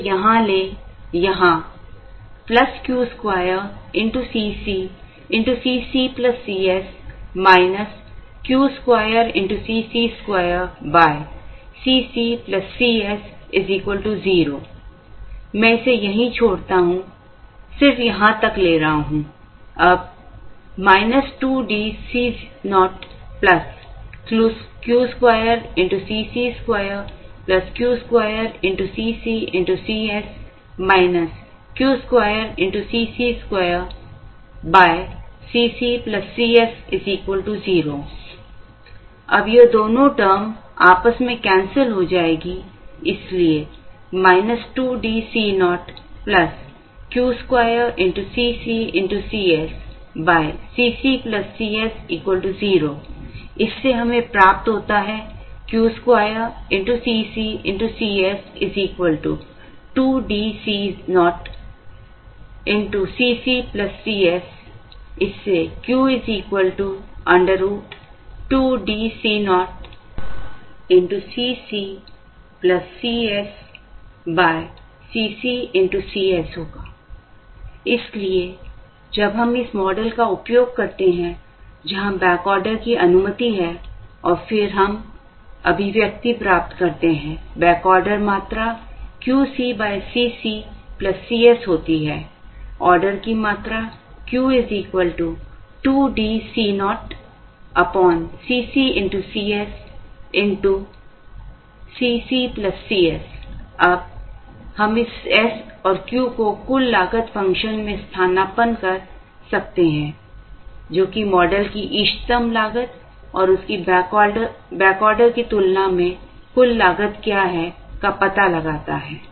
इसे यहाँ लें यहाँ Q2 CcCc Cs Q2Cc2 Cc Cs 0 मैं इसे यही छोड़ता हूं सिर्फ यहां तक ले रहा हूं अब 2DCo Q2 Cc2 Q2 CcCs Q2Cc2 Cc Cs 0 अब यह दोनों टर्म आपस में कैंसिल हो जाएंगी इसलिए 2DCo Cc Cs 0 इससे हमें प्राप्त होता है Q2 CcCs 2DCo Cc Cs इससे Q √ 2DCoCc Cs Cc Cs इसलिए जब हम इस मॉडल का उपयोग करते हैं जहां बैकऑर्डर की अनुमति है और फिर हम अभिव्यक्ति प्राप्त करते हैं बैकऑर्डर मात्रा QC Cc Cs होती है ऑर्डर की मात्रा Q 2DCoCcCs Cc Csअब हम इस s और Q को कुल लागत फ़ंक्शन में स्थानापन्न कर सकते हैं जो कि मॉडल की इष्टतम लागत और उसकी बैकऑर्डर की तुलना में कुल लागत क्या है पता लगाता है